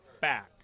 back